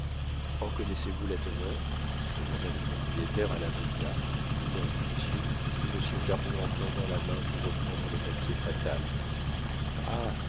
en connaissez-vous la teneur demanda le propriétaire à l'avocat non monsieur dit monsieur caron en tendant la main pour reprendre le papier fatal